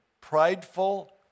prideful